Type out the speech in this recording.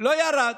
לא ירד?